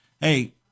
hey